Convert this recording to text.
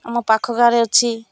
ଆମ ପାଖ ଗାଁରେ ଅଛି